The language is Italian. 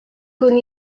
con